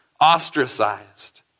Ostracized